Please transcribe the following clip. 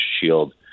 shield